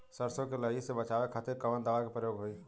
सरसो के लही से बचावे के खातिर कवन दवा के प्रयोग होई?